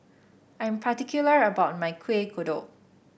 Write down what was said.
I am particular about my Kueh Kodok